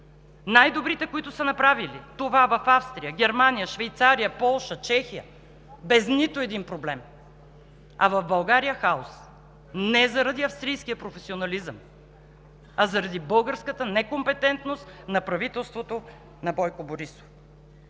най-добрите, които са направили това в Австрия, Германия, Швейцария, Полша, Чехия, без нито един проблем. А в България – хаос не заради австрийския професионализъм, а заради българската некомпетентност на правителството на Бойко Борисов!